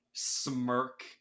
smirk